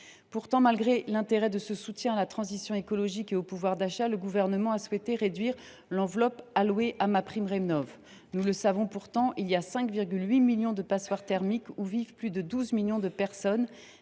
facture. Malgré l’intérêt de ce soutien à la transition écologique et au pouvoir d’achat, le Gouvernement a souhaité réduire l’enveloppe allouée à MaPrimeRénov’. Nous le savons, il existe 5,8 millions de passoires thermiques où vivent plus de 12 millions de personnes.